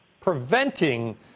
preventing